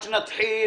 בוא נסכם